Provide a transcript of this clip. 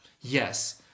yes